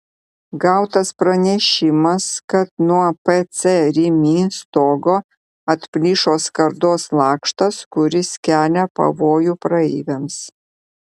gautas pranešimas kad nuo pc rimi stogo atplyšo skardos lakštas kuris kelia pavojų praeiviams